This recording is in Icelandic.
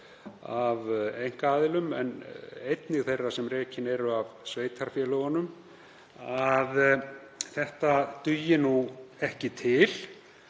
af einkaaðilum en einnig þeirra sem rekin eru af sveitarfélögunum, um að þetta dugi ekki til.